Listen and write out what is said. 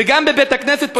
וגם בבית-הכנסת פה יש הפרדה.